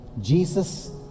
Jesus